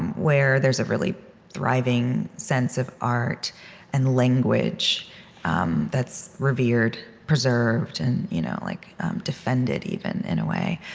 where there's a really thriving sense of art and language um that's revered, preserved, and you know like defended, even, in a way.